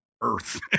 earth